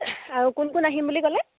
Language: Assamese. আৰু কোন কোন আহিম বুলি ক'লে